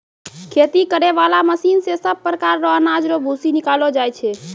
खेती करै बाला मशीन से सभ प्रकार रो अनाज रो भूसी निकालो जाय छै